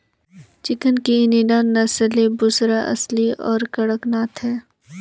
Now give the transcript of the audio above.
chicken की Indian नस्लें बुसरा, असील और कड़कनाथ हैं